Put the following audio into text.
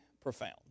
profound